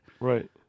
Right